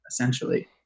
essentially